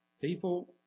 People